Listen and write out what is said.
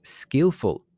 skillful